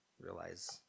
realize